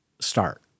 start